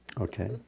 Okay